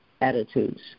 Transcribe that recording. attitudes